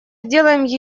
сделаем